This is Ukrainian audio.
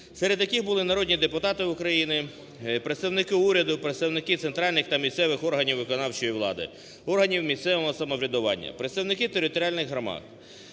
серед яких були народні депутати України, представники уряду, представники центральних та місцевих органів виконавчої влади, органів місцевого самоврядування, представники територіальних громад,